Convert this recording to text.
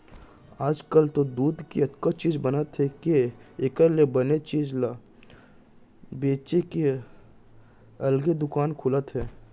आजकाल तो दूद के अतका चीज बनत हे के एकर ले बने चीज ल बेचे के अलगे दुकान खुलत हे